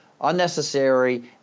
unnecessary